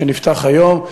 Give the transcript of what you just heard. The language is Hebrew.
שנפתח היום,